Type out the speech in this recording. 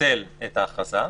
לבטל את ההכרזה.